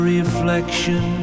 reflection